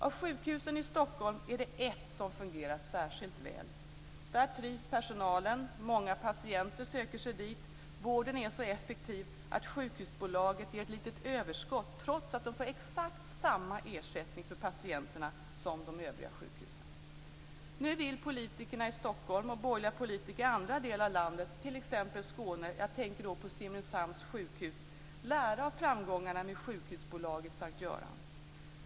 Av sjukhusen i Stockholm är det ett som fungerar särskilt väl. Där trivs personalen, och många patienter söker sig dit. Vården är så effektiv att sjukhusbolaget ger ett litet överskott, trots att det får exakt samma ersättning för patienterna som de övriga sjukhusen. Nu vill politikerna i Stockholm, och borgerliga politiker i andra delar av landet, t.ex. Skåne - jag tänker på Simrishamns sjukhus - lära av framgångarna med sjukhusbolaget S:t Göran.